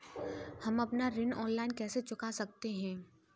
हम अपना ऋण ऑनलाइन कैसे चुका सकते हैं?